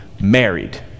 married